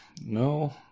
No